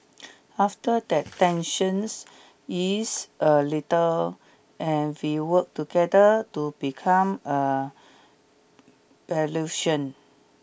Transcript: after that tensions ease a little and we work together to become a